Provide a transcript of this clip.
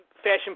Fashion